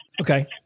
Okay